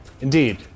Indeed